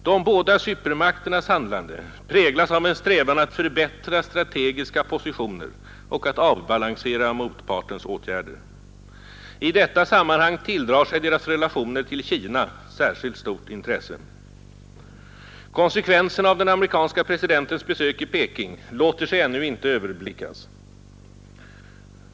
De båda supermakternas handlande präglas av en strävan att förbättra strategiska positioner och att avbalansera motpartens åtgärder. I detta sammanhang tilldrar sig deras relationer till Kina särskilt stort intresse. Konsekvenserna av den amerikanske presidentens besök i Peking låter sig ännu inte överblickas.